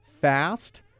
fast